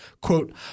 Quote